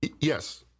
Yes